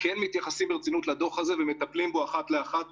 כן מתייחסים ברצינות לדוח הזה ומטפלים בו אחת לאחת.